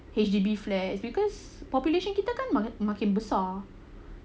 H_D_B flats because population kita kan makin besar